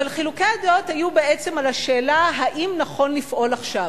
אבל חילוקי הדעות היו בעצם על השאלה: האם נכון לפעול עכשיו.